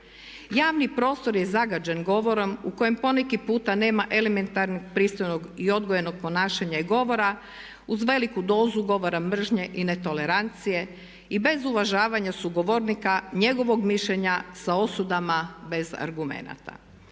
Javni prostor je zagađen govorom u kojem poneki puta nema elementarnog, pristojnog i odgojenog ponašanja i govora uz veliku dozu govora mržnje i netolerancije i bez uvažavanja sugovornika, njegovog mišljenja sa osudama bez argumenata.